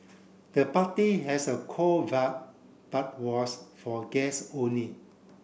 the party has a cool vibe but was for guest only